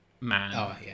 man